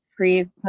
Please